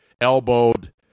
elbowed